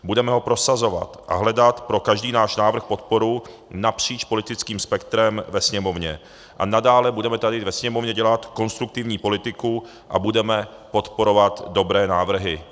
Budeme ho prosazovat, hledat pro každý náš návrh podporu napříč politickým spektrem ve Sněmovně a nadále budeme ve Sněmovně dělat konstruktivní politiku a budeme podporovat dobré návrhy.